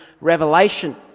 revelation